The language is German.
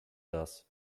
das